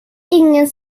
ingen